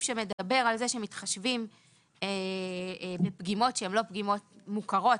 שמדבר על זה שמתחשבים בפגימות שהן לא פגימות מוכרות,